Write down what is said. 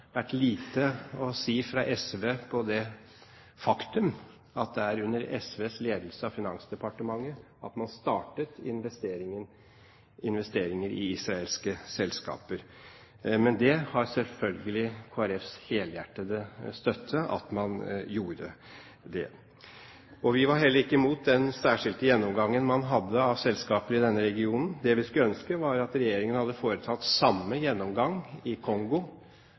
vært sagt lite fra SV om det faktum at det var under SVs ledelse av Finansdepartementet at man startet investeringer i israelske selskaper. Men det har selvfølgelig Kristelig Folkepartis helhjertede støtte at man gjorde det. Vi var heller ikke imot den særskilte gjennomgangen man hadde av selskaper i denne regionen. Det vi skulle ønske, var at regjeringen hadde foretatt samme gjennomgang i Kongo,